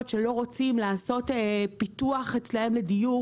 שלא רוצים לעשות פיתוח אצלם לדיור